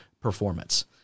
performance